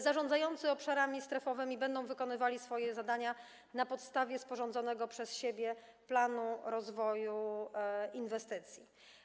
Zarządzający obszarami strefowymi będą wykonywali swoje zadania na podstawie sporządzonego przez siebie planu rozwoju inwestycji.